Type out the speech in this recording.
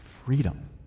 freedom